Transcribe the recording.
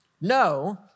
no